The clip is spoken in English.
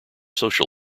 social